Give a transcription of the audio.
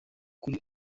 kuri